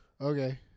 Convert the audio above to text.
Okay